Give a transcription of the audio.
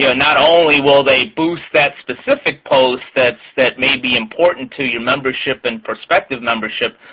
you know not only will they boost that specific post that that may be important to your membership and prospective membership,